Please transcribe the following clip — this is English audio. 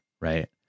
right